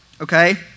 okay